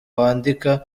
wandika